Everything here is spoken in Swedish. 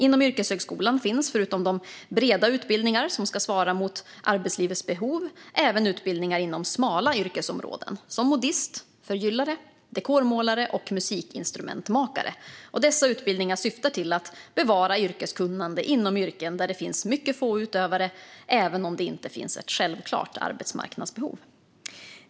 Inom yrkeshögskolan finns förutom de breda utbildningar som ska svara mot arbetslivets behov även utbildningar inom smala yrkesområden som modist, förgyllare, dekormålare och musikinstrumentmakare. Dessa utbildningar syftar till att bevara yrkeskunnande inom yrken där det finns mycket få utövare, även om det inte finns ett självklart arbetsmarknadsbehov.